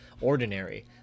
ordinary